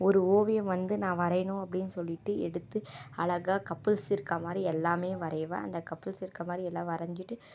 ஒரு ஓவியம் வந்து நான் வரையணும் அப்படின்னு சொல்லிட்டு எடுத்து அழகா கப்புள்ஸ் இருக்கா மாதிரி எல்லாமே வரை வேன் அந்த கப்புள்ஸ் இருக்கற மாதிரி எல்லாம் வரைஞ்சுட்டு